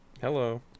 Hello